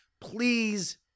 please